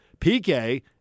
PK